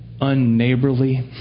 unneighborly